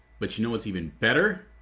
but you know what's even better?